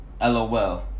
LOL